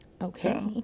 Okay